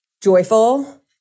joyful